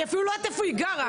אני אפילו לא יודעת איפה היא גרה.